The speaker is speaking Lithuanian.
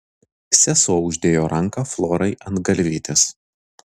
sesuo uždėjo ranką florai ant galvytės